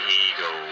Eagle